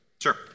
Sure